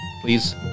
please